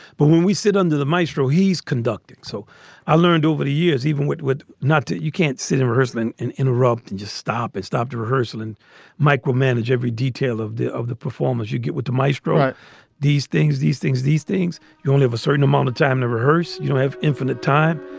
but when we sit under the maestro, he's conducting. so i learned over the years, even with wood, not that you can't sit in rehearsals and interrupt and just stop it, stop to rehearsal and micromanage every detail of the of the performance you get with the maestro. these things, these things, these things you only have a certain amount of time to rehearse. you don't have infinite time.